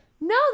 no